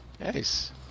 Nice